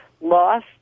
loss